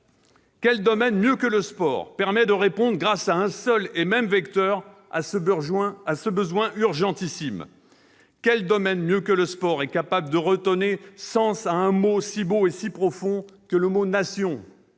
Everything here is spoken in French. Quel domaine, mieux que le sport, permet de répondre grâce à un seul et même vecteur à ce besoin urgentissime ? Madame la ministre, quel domaine mieux que le sport est capable de redonner sens au mot si beau et si profond qu'est le mot « nation »,